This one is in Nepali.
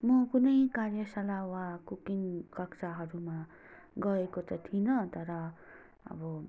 म कुनै कार्यशाला वा कुकिङ कक्षाहरूमा गएको त थिइनँ तर अब